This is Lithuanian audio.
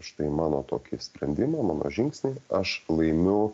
štai mano tokį sprendimą mano žingsnį aš laimiu